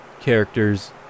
characters